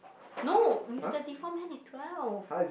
no with the deform hand is twelve